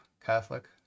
Catholic